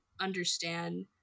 understand